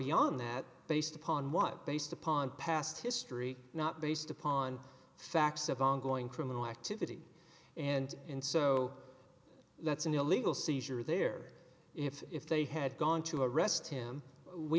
beyond that based upon what based upon past history not based upon facts of ongoing criminal activity and in so that's an illegal seizure there if if they had gone to arrest him we